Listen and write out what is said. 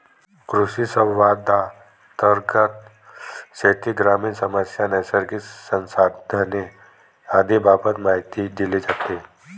कृषिसंवादांतर्गत शेती, ग्रामीण समस्या, नैसर्गिक संसाधने आदींबाबत माहिती दिली जाते